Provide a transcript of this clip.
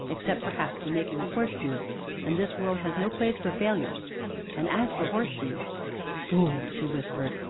except, perhaps, the making of horseshoes and this world has no place for failures and as for horseshoes fool, she whispered.